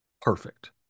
perfect